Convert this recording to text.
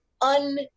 un-